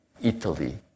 Italy